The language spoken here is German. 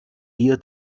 dir